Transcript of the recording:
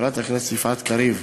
חברת הכנסת יפעת קריב,